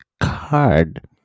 card